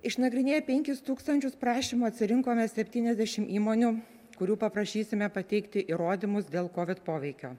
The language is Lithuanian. išnagrinėję penkis tūkstančius prašymų atsirinkome septyniasdešim įmonių kurių paprašysime pateikti įrodymus dėl kovid poveikio